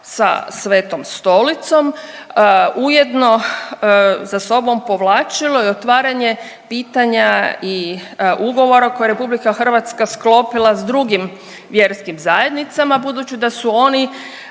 sa Svetom Stolicom ujedno sa sobom povlačilo i otvaranje pitanja i ugovora koje je Republika Hrvatska sklopila sa drugim vjerskim zajednicama budući da su oni